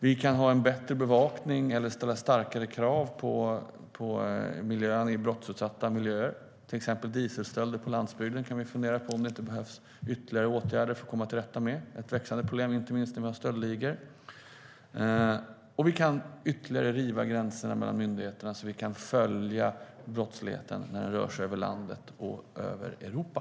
Vi kan ha en bättre bevakning eller ställa hårdare krav på brottsutsatta miljöer. Det gäller till exempel dieselstölder på landsbygden. Där kan det behövas ytterligare åtgärder för att komma till rätta med dessa stölder som är ett växande problem, inte minst med tanke på alla stöldligor. Vi kan ytterligare riva gränserna mellan myndigheter så att brottsligheten kan följas när den rör sig över landet och över Europa.